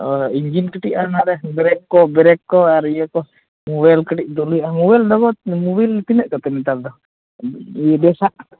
ᱳ ᱤᱧᱡᱤᱱ ᱠᱟᱹᱴᱤᱡ ᱟᱨ ᱚᱱᱟᱨᱮ ᱵᱮᱨᱮᱠ ᱠᱚ ᱵᱮᱨᱮᱠ ᱠᱚ ᱟᱨ ᱤᱭᱟᱹᱠᱚ ᱢᱳᱵᱟᱭᱤᱞ ᱠᱟᱹᱴᱤᱡ ᱢᱳᱵᱟᱭᱤᱞ ᱢᱳᱵᱟᱭᱤᱞ ᱛᱤᱱᱟᱹᱜ ᱠᱟᱛᱮᱫ ᱱᱮᱛᱟᱨᱫᱚ ᱤᱭᱟᱹ ᱵᱮᱥᱟᱜ